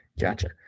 gotcha